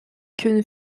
qu’une